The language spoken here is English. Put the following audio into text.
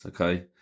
okay